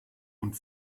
und